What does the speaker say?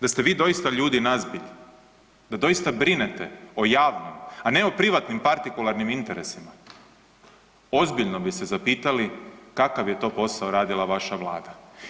Da ste vi doista ljudi nazbilj da doista brinete o javnim, a ne o privatnim partikularnim interesima ozbiljno bi se zapitali kakav je to posao radila vaša Vlada.